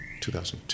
2002